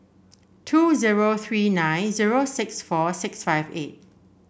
two zero three nine zero six four six five eight